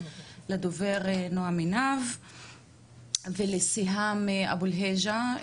לדובר נועם עינב ולסיהאם אבו אלהיג'ה,